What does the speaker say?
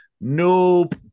nope